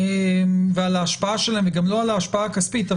הבדיקות ועל ההשפעה שלהם וגם לא על ההשפעה הכספית,